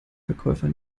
verkäufer